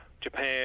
Japan